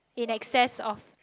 in access of